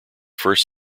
first